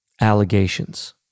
Allegations